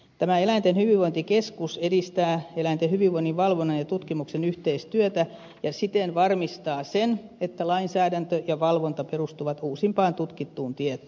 tämä eläinten hyvinvointikeskus edistää eläinten hyvinvoinnin valvonnan ja tutkimuksen yhteistyötä ja siten varmistaa sen että lainsäädäntö ja valvonta perustuvat uusimpaan tutkittuun tietoon